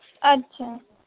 अच्छा